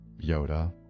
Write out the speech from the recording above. Yoda